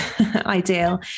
ideal